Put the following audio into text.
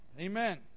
Amen